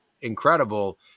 incredible